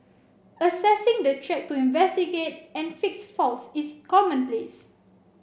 accessing the track to investigate and fix faults is commonplace